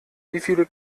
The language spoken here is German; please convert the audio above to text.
wieviele